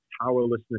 powerlessness